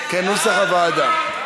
כנוסח הוועדה.